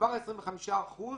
וזה משתנה בהתאם להסכמה של הצדדים.